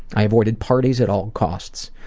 i avoided parties at all costs.